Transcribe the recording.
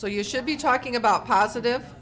so you should be talking about positive